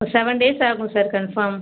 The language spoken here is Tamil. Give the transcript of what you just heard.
ஒரு செவன் டேஸ் ஆகும் சார் கன்ஃபார்ம்